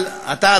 אבל אתה,